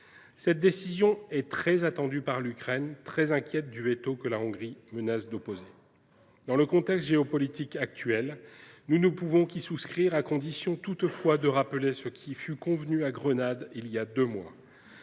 Cette décision est très attendue par l’Ukraine, très inquiète du veto que la Hongrie menace d’opposer. Dans le contexte géopolitique actuel, nous ne pouvons que souscrire à l’ouverture de négociations, à condition toutefois de rappeler ce qui fut convenu à Grenade il y a deux mois